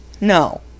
no